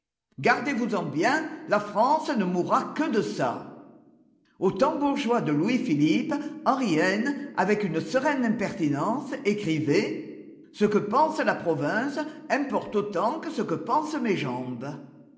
gardez-vous-en bien la france ne mourra que de ça i aux temps bourgeois de louis-philippe henri heine avec une sereine impertinence écrivait ce que pense la province importe autant que ce que pensent mes jambes